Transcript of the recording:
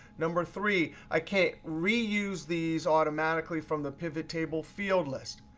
number three, i can't reuse these automatically from the pivot table field list.